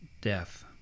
death